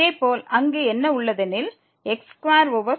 இதேபோல் அங்கு என்ன உள்ளதெனில் x2 ஓவர்